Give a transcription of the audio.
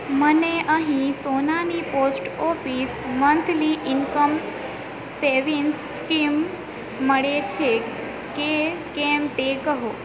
મને અહીં સોનાની post office monthly income savings scheme મળે છે કે કેમ તે કહો